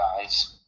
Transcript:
guys